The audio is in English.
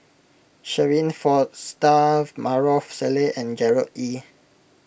Shirin Fozdar Maarof Salleh and Gerard Ee